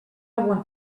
want